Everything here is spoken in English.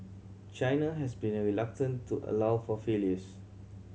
China has been reluctant to allow for failures